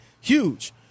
huge